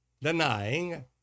denying